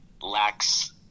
lacks